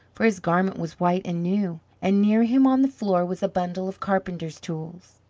for his garment was white and new, and near him on the floor was a bundle of carpenter's tools.